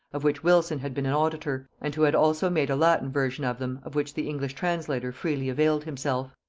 of which wylson had been an auditor, and who had also made a latin version of them, of which the english translator freely availed himself.